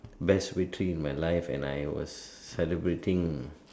best victory in my life and I was celebrating